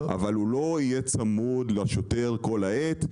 אבל הוא לא יהיה צמוד לשוטר כל העת.